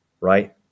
right